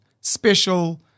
special